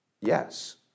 Yes